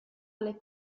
alle